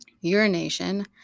urination